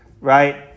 right